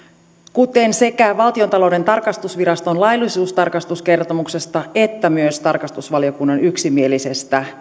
kuten sekä valtiontalouden tarkastusviraston laillisuustarkastuskertomuksesta että myös tarkastusvaliokunnan yksimielisestä